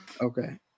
okay